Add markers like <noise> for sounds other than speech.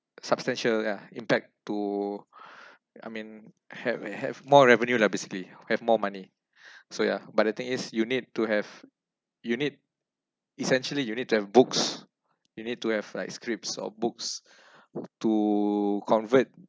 substantial yeah impact to <breath> I mean have eh have more revenue lah basically have more money <breath> so yeah but the thing is you need to have you need essentially you need to have books you need to have like scripts or books <breath> to convert